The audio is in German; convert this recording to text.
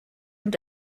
und